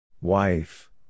Wife